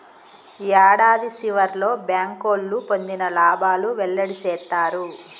యాడాది సివర్లో బ్యాంకోళ్లు పొందిన లాబాలు వెల్లడి సేత్తారు